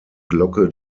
glocke